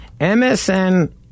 MSN